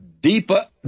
deeper